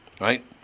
right